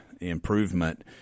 improvement